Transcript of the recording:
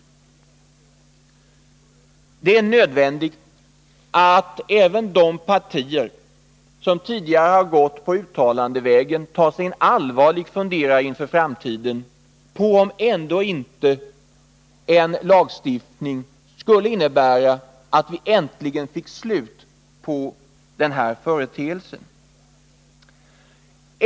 Det är nödvändigt att även de partier som tidigare gått på uttalandevägen tar sig en allvarlig funderare inför framtiden på om ändå inte en lagstiftning skulle innebära att vi äntligen fick ett slut på den här företeelsen.